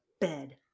bed